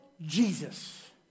Jesus